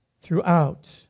throughout